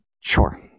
Sure